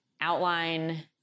outline